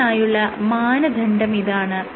അതിനായുള്ള മാനദണ്ഡമിതാണ്